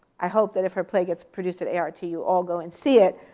i hope that if her play gets produced at art, you you all go and see it.